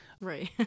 right